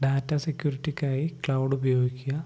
data സെക്യൂരിറ്റിക്കായി cloud ഉപയോഗിക്കുക